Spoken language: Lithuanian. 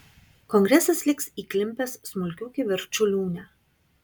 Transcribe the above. kongresas liks įklimpęs smulkių kivirčų liūne